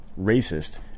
racist